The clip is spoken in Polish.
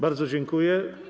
Bardzo dziękuję.